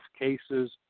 cases